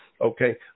okay